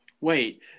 Wait